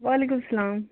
وعلیکُم سلام